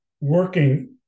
working